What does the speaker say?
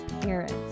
Parents